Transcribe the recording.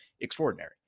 extraordinary